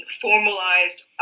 formalized